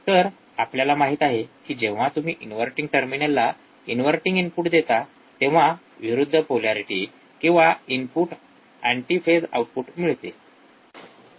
तर आपल्याला माहित आहे कि जेंव्हा तुम्ही इन्व्हर्टिंग टर्मिनलला इन्व्हर्टिंग इनपुट देता तेंव्हा विरुद्ध पोलॅरिटी किंवा अँटी फेज आउटपुट मिळते